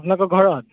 আপোনালোকৰ ঘৰত